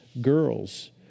girls